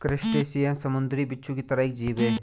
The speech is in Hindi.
क्रस्टेशियन समुंद्री बिच्छू की तरह एक जीव है